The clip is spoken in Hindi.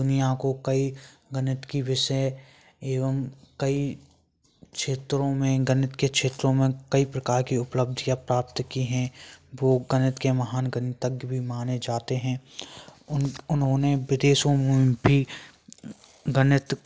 दुनिया को कई गणित की विषय एवम कई क्षेत्रों में गणित के क्षेत्रों में कई प्रकार की उपलब्धियाँ प्राप्त की हैं वो गणित के महान गणितज्ञ भी माने जाते हैं उन उन्होंने विदेशों में भी गणित